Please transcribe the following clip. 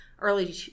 early